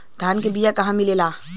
धान के बिया कहवा मिलेला?